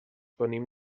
venim